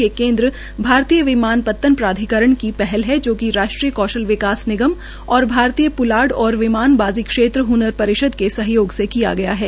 ये केन्द्र भारतीय विमानपत्तन प्राधिकरण की पहल है जो कि राष्ट्रीय कौशल विकास निगम और भारतीय प्लाड और विमानन बाज़ी क्षेत्र हनर परिषद के सहयोग से किया गया है